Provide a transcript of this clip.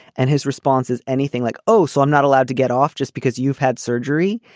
and his response is anything like, oh, so i'm not allowed to get off just because you've had surgery.